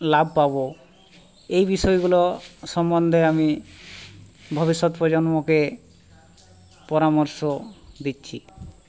লাভ পাবো এই বিষয়গুলো সম্বন্ধে আমি ভবিষ্যৎ প্রজন্মকে পরামর্শ দিচ্ছি